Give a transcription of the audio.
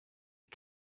you